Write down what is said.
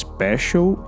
Special